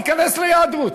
ייכנס ליהדות,